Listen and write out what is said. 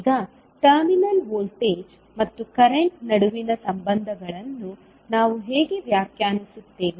ಈಗ terminal voltage ಮತ್ತು current ನಡುವಿನ ಸಂಬಂಧಗಳನ್ನು ನಾವು ಹೇಗೆ ವ್ಯಾಖ್ಯಾನಿಸುತ್ತೇವೆ